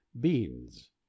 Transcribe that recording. beans